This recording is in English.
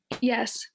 Yes